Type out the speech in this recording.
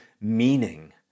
meaning